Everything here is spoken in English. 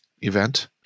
event